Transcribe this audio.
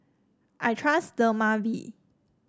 I trust Dermaveen